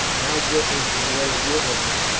but how different from what it would have been!